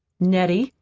nettie,